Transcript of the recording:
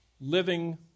living